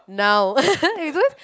now